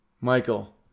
Michael